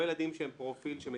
ילדים עם פרופיל.